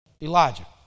Elijah